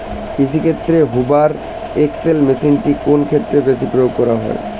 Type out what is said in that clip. কৃষিক্ষেত্রে Hoover XL মেশিনটি কোন ক্ষেত্রে বেশি প্রয়োগ করা হয়?